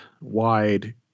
wide